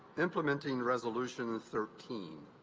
implementing resolution thirteen.